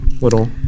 little